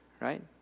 right